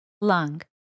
lung